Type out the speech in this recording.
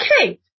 Okay